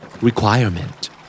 Requirement